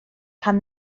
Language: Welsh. pan